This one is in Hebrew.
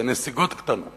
בנסיגות קטנות